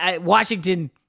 Washington